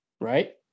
right